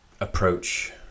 approach